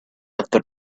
after